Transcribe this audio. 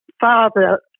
father